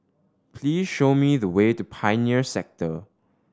please show me the way to Pioneer Sector